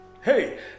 Hey